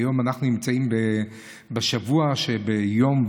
היום אנחנו נמצאים בשבוע שבו,